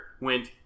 went